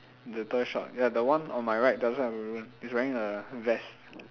the toy shop ya the one on my right doesn't have a ribbon it's wearing a vest